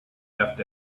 left